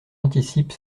anticipe